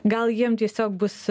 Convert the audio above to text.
gal jiem tiesiog bus